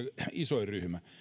isoin ryhmä